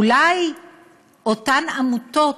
אולי אותן עמותות